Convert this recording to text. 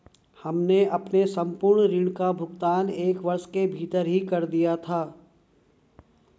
हमने अपने संपूर्ण ऋण का भुगतान एक वर्ष के भीतर ही कर दिया था